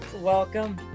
welcome